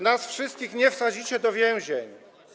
Nas wszystkich nie wsadzicie do więzień.